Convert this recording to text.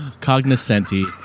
cognoscenti